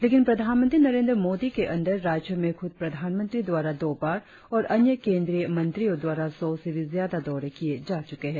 लेकिन प्रधानमंत्री नरेंद्र मोदी के अंदर राज्य में खुद प्रधानमंत्री द्वारा दो बार और अन्य केंद्रीय मंत्रियो द्वारा सौ से भी ज्यादा दौरे किए जा चुके है